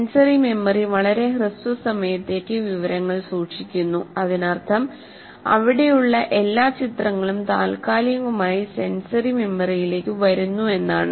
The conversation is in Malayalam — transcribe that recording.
സെൻസറി മെമ്മറി വളരെ ഹ്രസ്വ സമയത്തേക്ക് വിവരങ്ങൾ സൂക്ഷിക്കുന്നു അതിനർത്ഥം അവിടെയുള്ള എല്ലാ ചിത്രങ്ങളും താൽക്കാലികമായി സെൻസറി മെമ്മറിയിലേക്ക് വരുന്നു എന്നാണ്